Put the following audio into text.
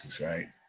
right